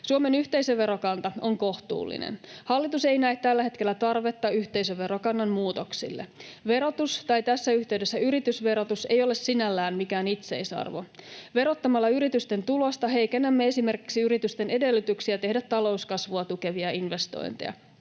Suomen yhteisöverokanta on kohtuullinen. Hallitus ei näe tällä hetkellä tarvetta yhteisöverokannan muutoksille. Verotus tai tässä yhteydessä yritysverotus ei ole sinällään mikään itseisarvo. Verottamalla yritysten tulosta heikennämme esimerkiksi yritysten edellytyksiä tehdä talouskasvua tukevia investointeja.